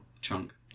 Chunk